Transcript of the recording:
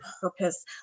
purpose